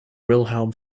wilhelm